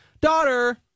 daughter